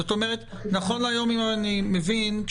אם אני מבין,